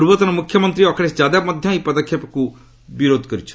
ପୂର୍ବତନ ମୁଖ୍ୟମନ୍ତ୍ରୀ ଅଖିଳେଶ ଯାଦବ ମଧ୍ୟ ଏହି ପଦକ୍ଷେପକୁ ବିରୋଧ କରିଛନ୍ତି